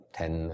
ten